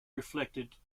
reflected